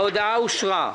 ההודעה אושרה.